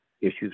issues